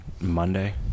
Monday